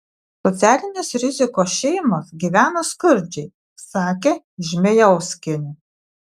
socialinės rizikos šeimos gyvena skurdžiai sakė žmėjauskienė